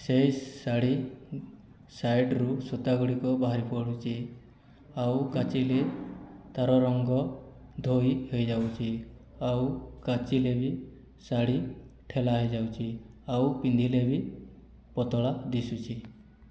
ସେ ଶାଢ଼ୀ ସାଇଡ଼ରୁ ସୂତା ଗୁଡ଼ିକ ବାହାରି ପଡ଼ୁଛି ଆଉ କାଚିଲେ ତାର ରଙ୍ଗ ଧୋଇ ହୋଇଯାଉଛି ଆଉ କାଚିଲେ ବି ଶାଢ଼ୀ ଠେଲା ହୋଇଯାଉଛି ଆଉ ପିନ୍ଧିଲେ ବି ପତଳା ଦିଶୁଛି